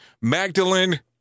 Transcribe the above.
Magdalene